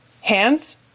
hands